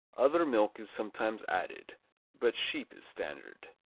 other milk is sometimes added but sheep is standard.